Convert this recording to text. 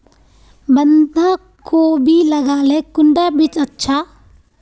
बंधाकोबी लगाले कुंडा बीज अच्छा?